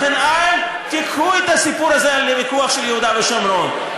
לכן אל תיקחו את הסיפור הזה לוויכוח על יהודה ושומרון.